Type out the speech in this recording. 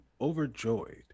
overjoyed